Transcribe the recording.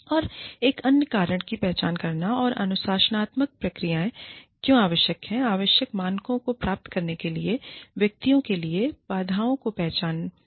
और एक अन्य कारण की पहचान करना कि अनुशासनात्मक प्रक्रियाएं क्यों आवश्यक हैं आवश्यक मानकों को प्राप्त करने वाले व्यक्तियों के लिए बाधाओं की पहचान करना